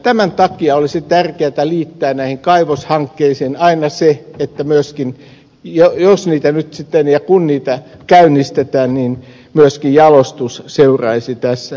tämän takia olisi tärkeätä liittää näihin kaivoshankkeisiin aina se että jos ja kun niitä käynnistetään myöskin jalostus seuraisi tässä mukana